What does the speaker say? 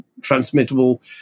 transmittable